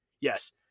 Yes